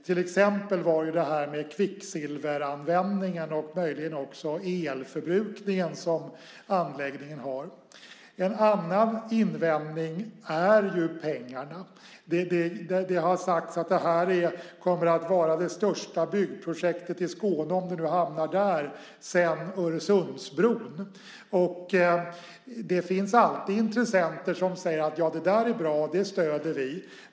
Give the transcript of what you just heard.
Till exempel var det kvicksilveranvändningen och möjligen också elförbrukningen för anläggningen. En annan invändning är pengarna. Det har sagts att det här kommer att vara det största byggprojektet i Skåne, om det nu hamnar där, sedan Öresundsbron. Det finns alltid intressenter som säger: Det där är bra. Det stöder vi.